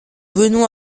venons